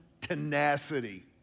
tenacity